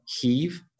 heave